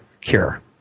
cure